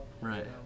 Right